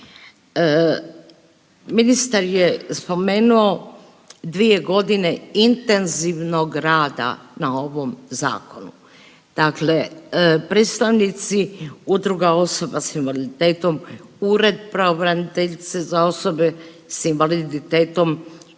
Ministar je spomenuo dvije godine intenzivnog rada na ovom zakonu. Dakle, predstavnici Udruga osoba s invaliditetom, Ured pravobraniteljice za osobe s invaliditetom